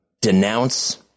denounce